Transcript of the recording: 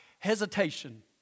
Hesitation